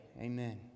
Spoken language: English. Amen